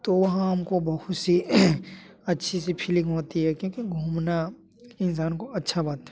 तो वहाँ हमको बहुत सी अच्छी सी फीलिंग होती है क्योंकि घूमना इंसान को अच्छा बात है